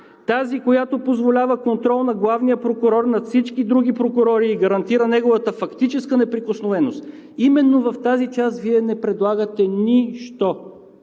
тази, която позволява контрол над главния прокурор и всички други прокурори и гарантира неговата фактическа неприкосновеност, в тази част Вие не предлагате нищо.